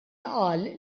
qal